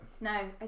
No